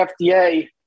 FDA